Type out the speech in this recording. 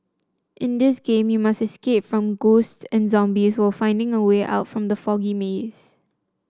in this game you must escape from ghosts and zombies while finding the way out from the foggy maze